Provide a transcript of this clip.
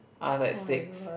I was like six